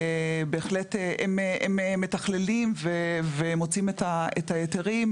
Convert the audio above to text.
הם מתכללים ומוצאים את ההיתרים,